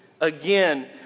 again